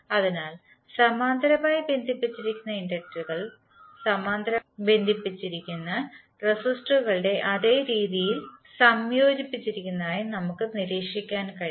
അതിനാൽ സമാന്തരമായി ബന്ധിപ്പിച്ചിരിക്കുന്ന ഇൻഡക്റ്ററുകൾ സമാന്തരമായി ബന്ധിപ്പിച്ചിരിക്കുന്ന റെസിസ്റ്ററുകളുടെ അതേ രീതിയിൽ സംയോജിപ്പിച്ചിരിക്കുന്നതായി നമുക്ക് നിരീക്ഷിക്കാൻ കഴിയും